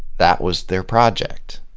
that was their project.